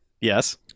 Yes